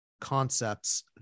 concepts